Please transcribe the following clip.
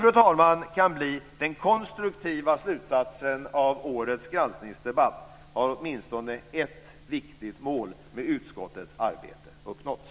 Om detta kan bli den konstruktiva slutsatsen av årets granskningsdebatt har åtminstone ett viktigt mål med utskottets arbete uppnåtts.